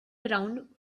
around